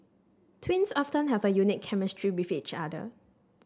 twins often have a unique chemistry with each other